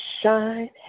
shine